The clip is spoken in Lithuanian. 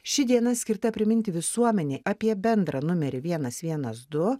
ši diena skirta priminti visuomenei apie bendrą numerį vienas vienas du